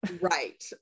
right